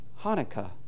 Hanukkah